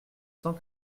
cent